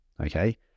Okay